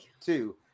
two